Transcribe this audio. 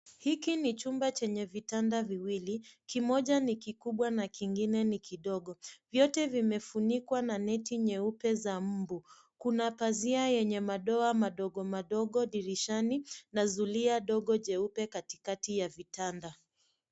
Hiki ni chumba chenye vitanda viwili. Kimoja ni kikubwa na kingine ni kidogo. Vyote vimefunikwa na neti nyeupe za mbu. Kuna pazia yenye madoa madogo madogo dirishani na zulia dogo jeupe katikati ya vitanda.